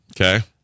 Okay